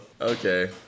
Okay